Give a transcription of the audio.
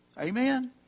Amen